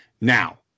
Now